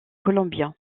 columbia